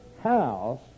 house